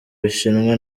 bushinwa